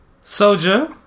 Soldier